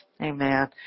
Amen